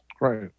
Right